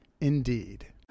Indeed